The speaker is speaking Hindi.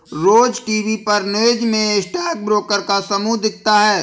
रोज टीवी पर न्यूज़ में स्टॉक ब्रोकर का समूह दिखता है